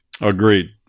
Agreed